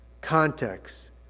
context